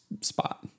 spot